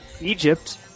Egypt